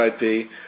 IP